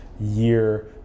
year